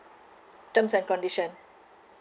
terms and condition